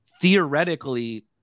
theoretically